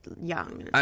young